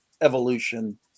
evolution